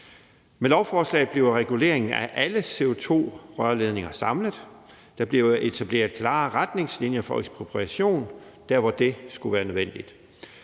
Med lovforslaget bliver reguleringen af alle CO2-rørledninger samlet, og der bliver etableret klare retningslinjer for ekspropriation der, hvor det skulle være nødvendigt.